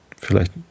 vielleicht